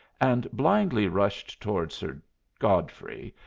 and blindly rushed towards sir godfrey,